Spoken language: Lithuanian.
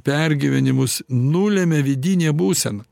pergyvenimus nulemia vidinė būsena